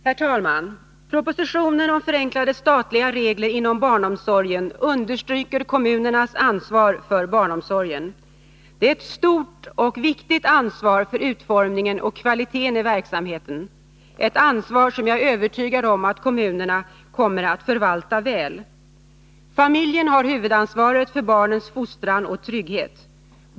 Herr talman! Propositionen om förenklade statliga regler inom barnomsorgen understryker kommunernas ansvar för barnomsorgen. Det är ett stort och viktigt ansvar för utformningen av och kvaliteten på verksamheten, ett ansvar som jag är övertygad om att kommunerna kommer att förvalta väl. Familjen har huvudansvaret för barnens fostran och trygghet.